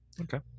Okay